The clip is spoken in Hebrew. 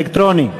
אלקטרוני.